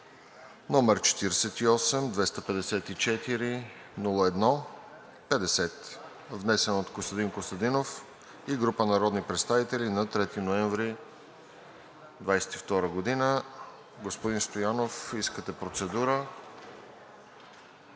№ 48-254-01-50, внесен от Костадин Костадинов и група народни представители на 3 ноември 2022 г. Господин Стоянов, за процедура.